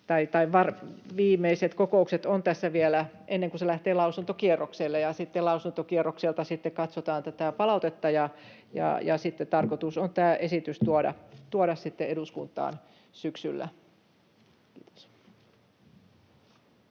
tai viimeiset kokoukset ovat tässä vielä ennen kuin se lähtee lausuntokierrokselle, ja sitten lausuntokierrokselta katsotaan tätä palautetta. Sitten tarkoitus on tämä esitys tuoda eduskuntaan syksyllä. — Kiitos.